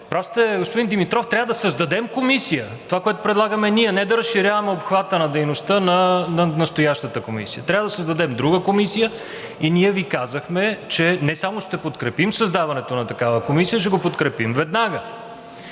Прав сте, господин Димитров. Трябва да създадем комисия – това, което предлагаме ние, а не да разширяваме обхвата на дейността на настоящата комисия. Трябва да създадем друга комисия и ние Ви казахме, че не само ще подкрепим създаването на такава комисия, ще го подкрепим веднага